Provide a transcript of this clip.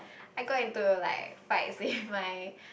I got into like fights with my